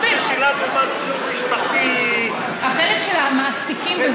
אז כששילמנו מס בריאות משפחתי, החלק של המעסיקים.